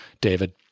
David